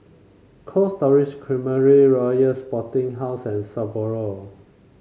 Cold Stone Creamery Royal Sporting House and Sapporo